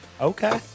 Okay